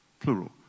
Plural